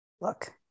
Look